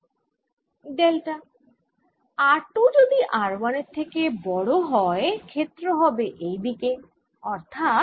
এই পৃষ্ঠ টি আমি বরং এঁকেই ফেলি এই ছবি টি আবার আমি নিচ্ছি ছোট পৃষ্ঠ এই দিকে r 1 দুরত্বে ও তার থেকে বড় পৃষ্ঠ এই দিকে r 2 দুরত্বে এই ক্ষেত্র ফল টি হবে d ওমেগা r 2 স্কয়ার আর এইটি হবে d ওমেগা r 1 স্কয়ার